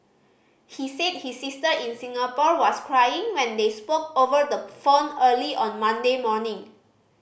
he said his sister in Singapore was crying when they spoke over the phone early on Monday morning